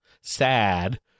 sad